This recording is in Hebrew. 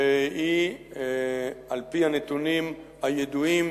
והיא, על-פי הנתונים הידועים,